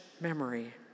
memory